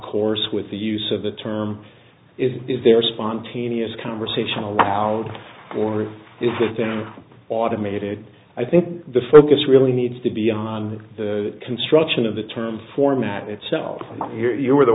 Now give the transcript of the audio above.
course with the use of the term is is there a spontaneous conversation allowed or is this thing automated i think the focus really needs to be on the construction of the term format itself and you are the